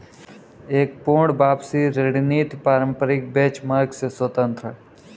एक पूर्ण वापसी रणनीति पारंपरिक बेंचमार्क से स्वतंत्र हैं